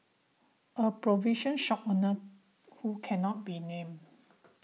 a provision shop owner who cannot be named